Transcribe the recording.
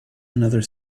another